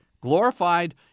glorified